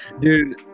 Dude